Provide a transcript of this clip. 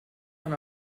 man